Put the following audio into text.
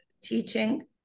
teaching